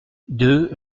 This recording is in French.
deux